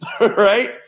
right